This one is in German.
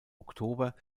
oktober